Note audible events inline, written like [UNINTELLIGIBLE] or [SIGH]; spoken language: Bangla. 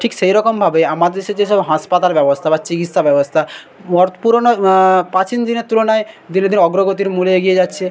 ঠিক সেইরকমভাবে আমাদের দেশে যেসব হাসপাতাল ব্যবস্থা বা চিকিৎসা ব্যবস্থা [UNINTELLIGIBLE] পুরোনো প্রাচীন দিনের তুলনায় ধীরে ধীরে অগ্রগতির মূলে এগিয়ে যাচ্ছে